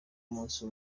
umunsi